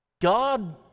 God